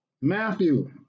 Matthew